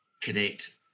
connect